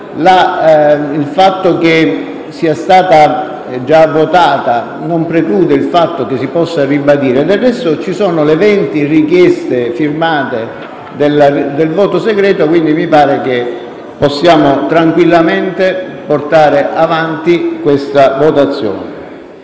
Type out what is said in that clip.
il fatto che sia stata già votata non preclude che si possa ribadire e, del resto, ci sono le venti richieste firmate del voto segreto, quindi mi pare che possiamo tranquillamente portare avanti la votazione.